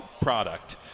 Product